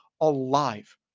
alive